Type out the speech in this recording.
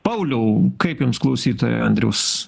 pauliau kaip jums klausytojo andriaus